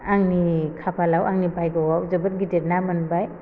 आंनि खाफालाव आंनि बाग्यआव जोबोद गिदिर ना मोनबाय